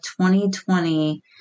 2020